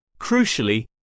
Crucially